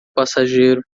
passageiro